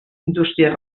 indústries